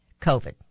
COVID